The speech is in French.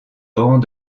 banc